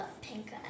pink